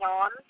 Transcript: on